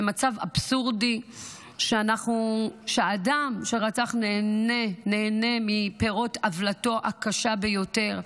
זה מצב אבסורדי שאדם שרצח נהנה מפירות עוולתו הקשה ביותר.